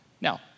Now